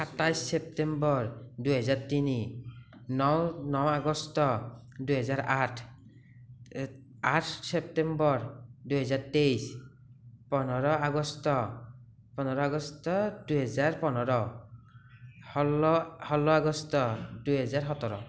সাতাইছ ছেপ্টেম্বৰ দুহেজাৰ তিনি ন ন আগষ্ট দুহেজাৰ আঠ আঠ ছেপ্টেম্বৰ দুহেজাৰ তেইছ পোন্ধৰ আগষ্ট পোন্ধৰ আগষ্ট দুহেজাৰ পোন্ধৰ ষোল্ল ষোল্ল আগষ্ট দুহেজাৰ সোতৰ